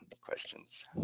questions